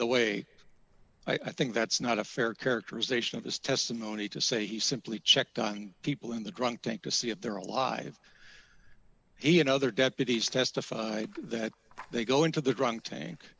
the way i think that's not a fair characterization of his testimony to say he simply checked on people in the drunk tank to see if they're alive he and other deputies testified that they go into the drunk tank